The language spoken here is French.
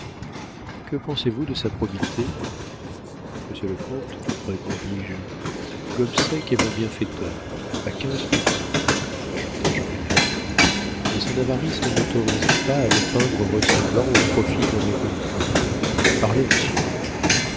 que pensez-vous de sa probité monsieur le comte répondis-je gobseck est mon bienfaiteur à quinze pour cent ajoutai-je en riant mais son avarice ne m'autorise pas à le peindre ressemblant au profit d'un inconnu parlez monsieur